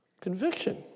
Conviction